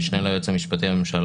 המשנה ליועץ המשפטי לממשלה,